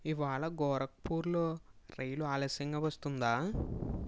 ఇవాళ గోరఖ్పూర్లో రైలు ఆలస్యంగా వస్తుందా